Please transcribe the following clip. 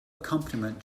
accompaniment